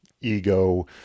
ego